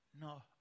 No